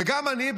וגם אני,